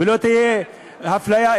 ולא תהיה אפליה,